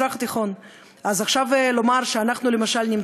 כנ"ל לגבי המזרח התיכון.